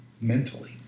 mentally